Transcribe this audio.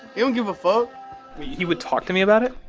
he don't give a fuck he would talk to me about it?